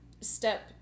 step